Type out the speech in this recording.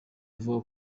avuga